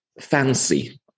Fancy